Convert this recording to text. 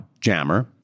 jammer